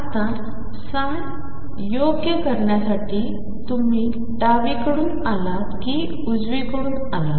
आता योग्य करण्यासाठी तुम्ही डावीकडून आलात की उजवीकडून आलात